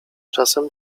czasem